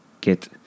get